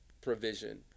provision